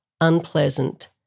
unpleasant